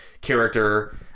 character